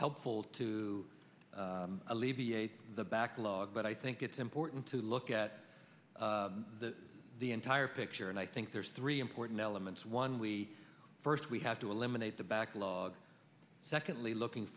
helpful to alleviate the backlog but i think it's important to look at the entire picture and i think there's three important elements one we first we have to eliminate the backlog secondly looking